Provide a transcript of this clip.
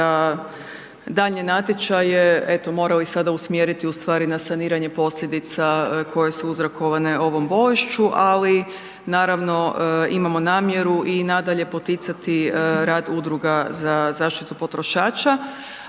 za daljnje natječaje, eto, morali sada usmjeriti ustvari na saniranje posljedica koje su uzrokovane ovom bolešću, ali naravno, imamo namjeru i nadalje poticati rad udruga za zaštitu potrošača,